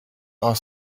are